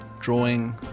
drawing